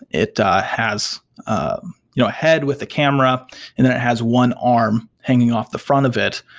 it has a you know head with a camera and then it has one arm hanging off the front of it.